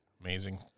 Amazing